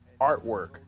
artwork